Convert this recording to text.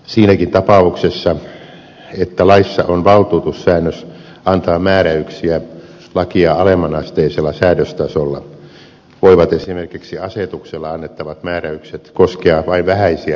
siinäkin tapauksessa että laissa on valtuutussäännös antaa määräyksiä lakia alemmanasteisella säädöstasolla voivat esimerkiksi asetuksella annettavat määräykset koskea vain vähäisiä yksityiskohtia